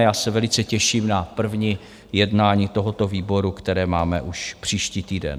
Já se velice těším na první jednání tohoto výboru, které máme už příští týden.